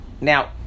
Now